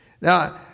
Now